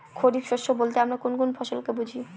খরিফ শস্য বলতে আমরা কোন কোন ফসল কে বুঝি?